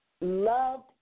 loved